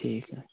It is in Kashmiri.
ٹھیٖک